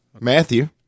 Matthew